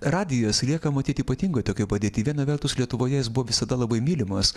radijas lieka matyt ypatingoj tokioj padėty viena vertus lietuvoje jis buvo visada labai mylimas